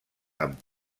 amb